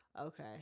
Okay